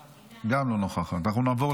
אינה נוכחת.